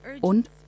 Und